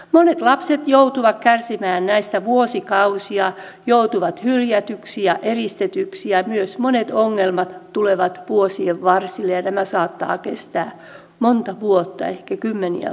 monet lapset joutuvat kärsimään näistä vuosikausia joutuvat hylätyiksi ja eristetyiksi ja myös monet ongelmat tulevat vuosien varsille ja nämä saattavat kestää monta vuotta ehkä kymmeniä vuosia